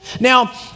Now